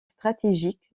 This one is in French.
stratégique